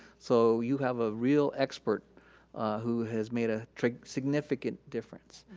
so you have a real expert who has made a significant difference.